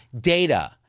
data